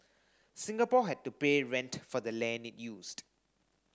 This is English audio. Singapore had to pay rent for the land it used